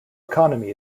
economy